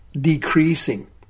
decreasing